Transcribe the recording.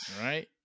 right